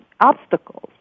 obstacles